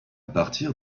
partir